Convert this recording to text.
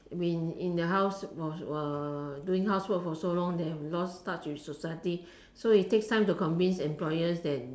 when in the house for uh doing housework for so long they have lost touch with society so it takes time to convince employers that